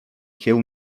kieł